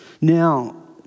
Now